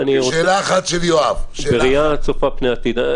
פתחנו את זה בעיתוי בעייתי,